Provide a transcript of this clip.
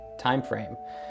timeframe